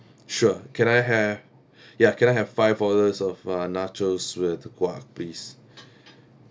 sure can I ha~ ya can I have five orders of uh nachos with guac please